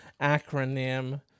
Acronym